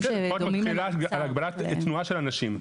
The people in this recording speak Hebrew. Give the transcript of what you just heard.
ופה מדובר על הגבלת תנועה של אנשים,